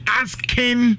asking